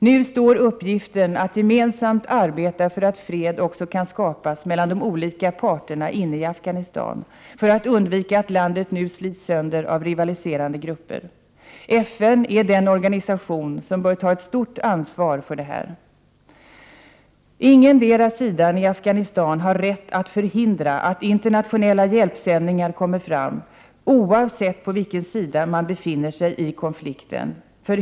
Nu kvarstår uppgiften att gemensamt arbeta för att någon form av fred också kan skapas mellan de olika parterna inne i Afghanistan för att undvika att landet slits sönder av rivaliserande grupper. FN är den organisation som bör ta ett stort ansvar för detta arbete. Ingendera sidan i Afghanistan har rätt att förhindra att internationella hjälpsändningar kommer fram, oavsett på vilken sida man befinner sig i den pågående konflikten.